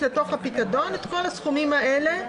תקבל את הכסף הזה.